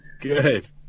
Good